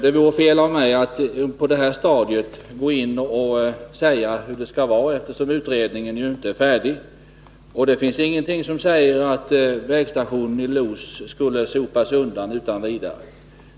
Det vore fel av mig att på detta stadium säga hur det skall vara, eftersom utredningen inte är färdig. Det finns ingenting som säger att vägstationen i Los utan vidare kommer att sopas undan.